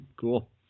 Cool